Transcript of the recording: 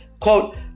quote